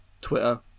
twitter